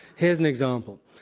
here's an example.